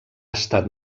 estat